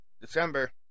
December